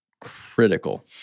critical